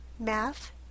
math